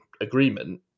agreement